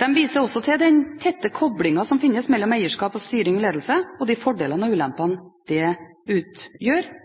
Den viser også til den tette koblingen som finnes mellom eierskap og styring og ledelse, og de fordelene og